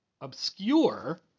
obscure